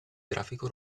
grafico